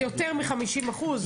זה יותר מ-50 אחוזים.